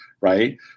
right